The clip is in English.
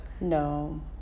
no